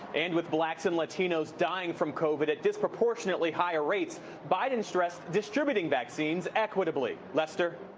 and with blacks and latinos dying from covid at disproportionately higher rates biden stressed distributing vaccines equitably lester